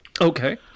Okay